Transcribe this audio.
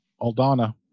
Aldana